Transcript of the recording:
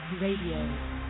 Radio